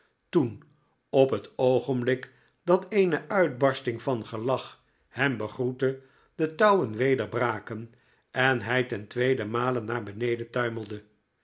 toen op het oogenblik dat eene uitbarsting van gelach hem begroette de touwen weder braken en hij ten tweeden male naar beneden tuimelde